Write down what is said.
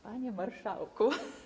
Panie Marszałku!